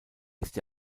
ist